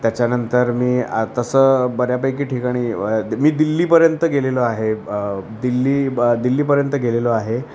त्याच्यानंतर मी तसं बऱ्यापैकी ठिकाणी मी दिल्लीपर्यंत गेलेलो आहे ब दिल्ली ब दिल्लीपर्यंत गेलेलो आहे